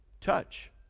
touch